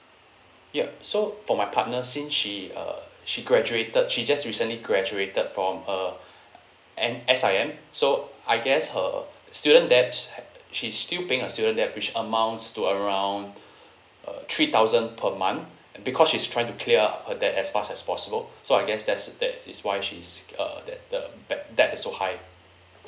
yup so for my partner since she uh she graduated she just recently graduated from uh n~ S_I_N so I guess her student debts ha~ she's still paying her student debt which amounts to around uh three thousand per month because she's trying to clear her debt as fast as possible so I guess that's that is why she's uh that uh debt debt is so high